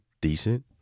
decent